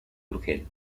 urgel